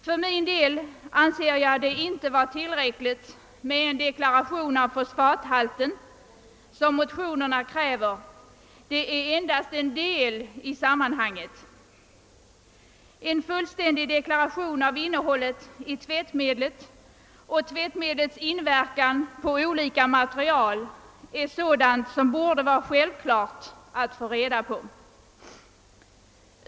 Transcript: För min del anser jag det inte vara tillräckligt med en deklaration av fosfathalten. Det är endast en del i detta sammanhang. En fullständig deklaration av innehållet i tvättmedlen och av tvättmedlens inverkan på olika material borde vara en självklar sak.